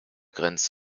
grenzt